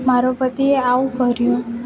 મારો પતિએ આવું કર્યું